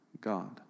God